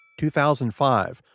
2005